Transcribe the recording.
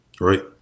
Right